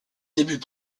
débuts